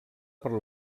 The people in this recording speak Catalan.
per